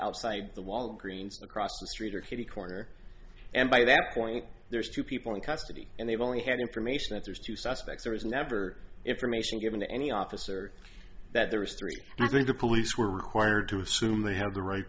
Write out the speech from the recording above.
outside the walgreens across the street or kitty corner and by that point there's two people in custody and they've only had information that there's two suspects there is never information given to any officer that there was three and i think the police were required to assume they have the right